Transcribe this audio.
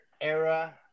era